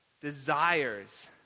desires